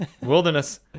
Wilderness